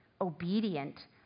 obedient